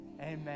amen